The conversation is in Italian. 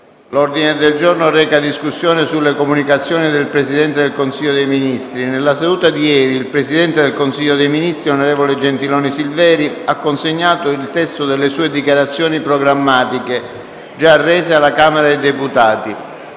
L'ordine del giorno reca: «Discussione sulle comunicazioni del Presidente del Consiglio dei ministri». Ricordo che nella seduta di ieri il Presidente del Consiglio dei ministri, onorevole Gentiloni Silveri, ha consegnato il testo delle dichiarazioni programmatiche rese alla Camera dei deputati.